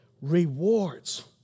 Rewards